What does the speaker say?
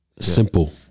simple